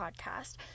podcast